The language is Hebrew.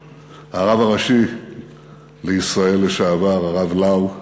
שמיר, הרב הראשי לישראל לשעבר, הרב לאו,